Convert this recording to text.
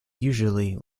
usually